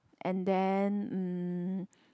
and then um